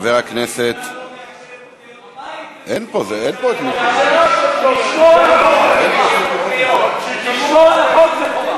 הבית זה זכות, לשמור על החוק זה חובה.